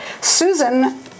Susan